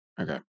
Okay